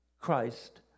Christ